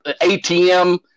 ATM